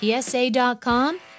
PSA.com